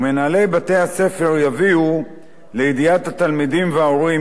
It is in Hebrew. ומנהלי בתי-הספר יביאו לידיעת התלמידים וההורים,